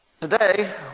Today